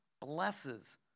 blesses